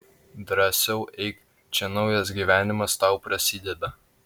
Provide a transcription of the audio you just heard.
drąsiau eik čia naujas gyvenimas tau prasideda